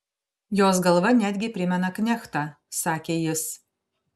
jos galva netgi primena knechtą sakė jis